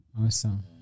Awesome